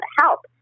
help